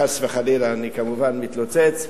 חס וחלילה, אני כמובן מתלוצץ.